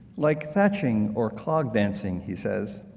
like thatching or clog dancing, he says,